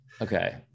Okay